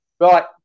Right